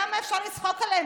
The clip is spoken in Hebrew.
כמה אפשר לצחוק עליהם?